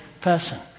person